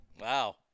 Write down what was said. Wow